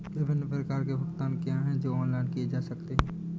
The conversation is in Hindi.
विभिन्न प्रकार के भुगतान क्या हैं जो ऑनलाइन किए जा सकते हैं?